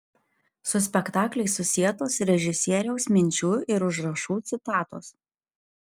su spektakliais susietos režisieriaus minčių ir užrašų citatos